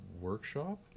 Workshop